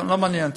לא מעניין אותי,